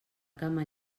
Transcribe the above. cama